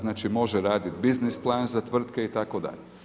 Znači može raditi biznis plan za tvrtke itd.